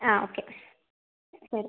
ആ ഓക്കെ ശരി